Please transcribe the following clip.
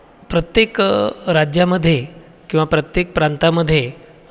प्रत्येक राज्यांमध्ये किंवा प्रत्येक प्रांतांमध्ये